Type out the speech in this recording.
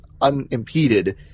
unimpeded